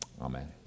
Amen